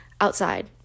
outside